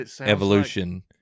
evolution